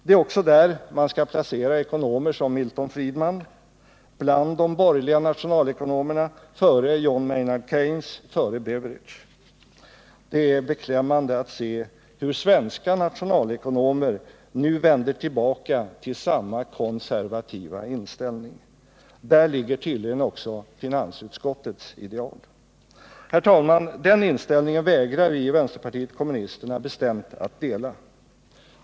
Det är också där man skall placera ekonomer som Milton Friedman, bland de borgerliga nationalekonomerna före John Maynard Keynes, före Beveridge. Det är beklämmande att se hur svenska nationalekonomer nu vänder tillbaka till samma konservativa inställning. Där ligger tydligen också finansutskottets ideal. Herr talman! Den inställningen vägrar vi i vänsterpartiet kommunisterna bestämt att dela.